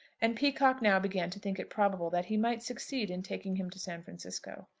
and peacocke now began to think it probable that he might succeed in taking him to san francisco.